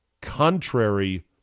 contrary